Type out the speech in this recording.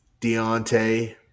Deontay